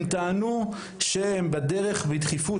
הם טענו שהם בדרך בדחיפות,